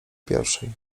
pierwszej